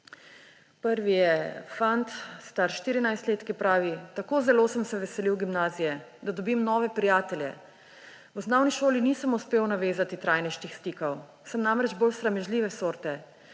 Prvi je fant, star 14 let, ki pravi: »Tako zelo sem se veselil gimnazije, da dobim nove prijatelje. V osnovni šoli nisem uspel navezati trajnejših stikov, sem namreč bolj sramežljive sorte.